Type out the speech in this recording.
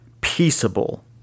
peaceable